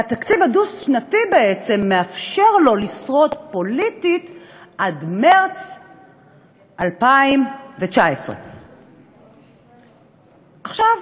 והתקציב הדו-שנתי בעצם מאפשר לו לשרוד פוליטית עד מרס 2019. עכשיו,